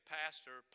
pastor